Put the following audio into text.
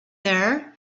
there